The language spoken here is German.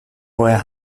woher